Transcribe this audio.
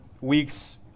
weeks